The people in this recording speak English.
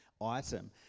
item